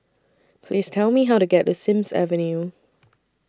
Please Tell Me How to get to Sims Avenue